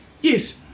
Yes